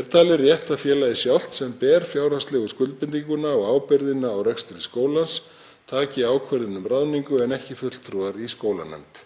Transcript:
Er talið rétt að félagið sjálft, sem ber fjárhagslegu skuldbindinguna og ábyrgðina á rekstri skólans, taki ákvörðun um ráðningu en ekki fulltrúar í skólanefnd.